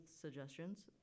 suggestions